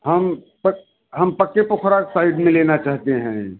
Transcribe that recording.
हम पक हम पक्के पोखरा के साइड में लेना चाहते हैं